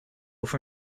for